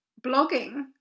blogging